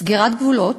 סגירת גבולות,